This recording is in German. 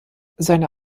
seine